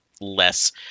less